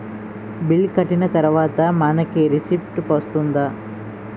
Bill కట్టిన తర్వాత మనకి రిసీప్ట్ వస్తుందా?